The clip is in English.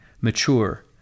mature